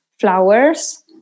flowers